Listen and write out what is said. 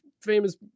famous